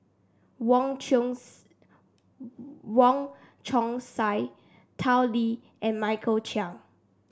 Wong Chong Wong Chong Sai Tao Li and Michael Chiang